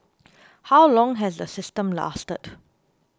how long has the system lasted